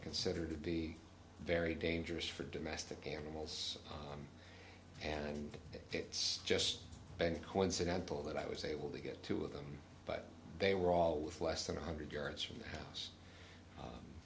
consider to be very dangerous for domestic animals and it's just been coincidental that i was able to get two of them but they were all with less than one hundred yards from the house